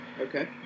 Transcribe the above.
Okay